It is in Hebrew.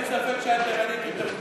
אין ספק שאת ערנית יותר ממני.